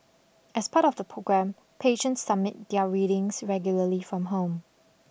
as part of the programme patients submit their readings regularly from home